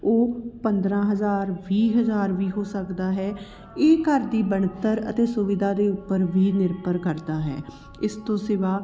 ਉਹ ਪੰਦਰਾਂ ਹਜ਼ਾਰ ਵੀਹ ਹਜ਼ਾਰ ਵੀ ਹੋ ਸਕਦਾ ਹੈ ਇਹ ਘਰ ਦੀ ਬਣਤਰ ਅਤੇ ਸੁਵਿਧਾ ਦੇ ਉੱਪਰ ਵੀ ਨਿਰਭਰ ਕਰਦਾ ਹੈ ਇਸ ਤੋਂ ਸਿਵਾ